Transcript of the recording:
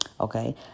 okay